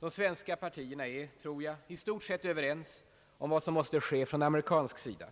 De svenska partierna är, tror jag, i stort sett överens om vad som måste ske från amerikansk sida: